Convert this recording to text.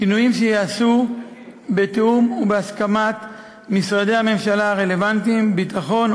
שינויים שייעשו בתיאום ובהסכמת משרדי הממשלה הרלוונטיים: הביטחון,